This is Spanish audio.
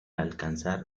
alcanzar